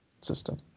system